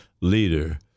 leader